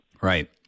Right